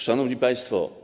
Szanowni Państwo!